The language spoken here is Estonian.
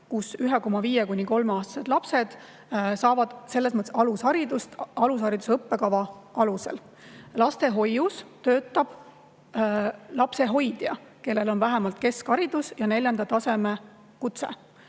kuni kolmeaastased lapsed saavad alusharidust alushariduse õppekava alusel. Lastehoius töötab lapsehoidja, kellel on vähemalt keskharidus ja neljanda taseme kutse.